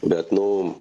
bet nu